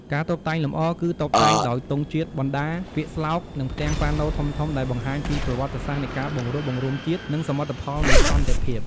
ការតុបតែងលម្អ គឺតុបតែងដោយទង់ជាតិ បដា ពាក្យស្លោក និងផ្ទាំងប៉ាណូធំៗដែលបង្ហាញពីប្រវត្តិសាស្ត្រនៃការបង្រួបបង្រួមជាតិ និងសមិទ្ធផលនៃសន្តិភាព។